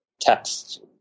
text